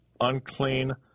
unclean